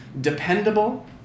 dependable